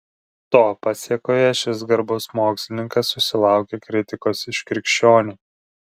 to pasėkoje šis garbus mokslininkas susilaukė kritikos iš krikščionių